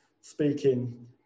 speaking